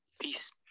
peace